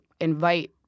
invite